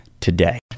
Today